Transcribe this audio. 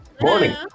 morning